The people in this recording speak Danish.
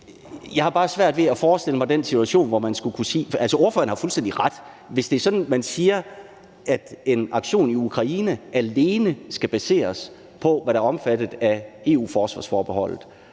er det muligt, at håndteringen havde set anderledes ud. Altså, ordføreren har fuldstændig ret; hvis det er sådan, at man siger, at en aktion i Ukraine alene skal baseres på, hvad der er omfattet af EU-forsvarsforbeholdet,